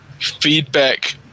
feedback